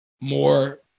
more